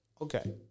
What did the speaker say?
Okay